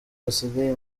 basigaye